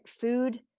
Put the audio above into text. food